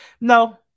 No